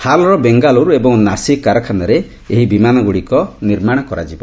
ହାଲ୍ର ବେଙ୍ଗାଲୁରୁ ଏବଂ ନାସିକ୍ କାରଖାନାରେ ଏହି ବିମାନ ଗୁଡ଼ିକ ନିର୍ମାଣ କରାଯିବ